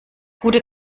gute